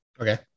okay